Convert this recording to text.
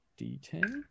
d10